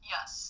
Yes